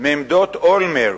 מעמדות אולמרט,